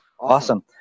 Awesome